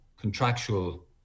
contractual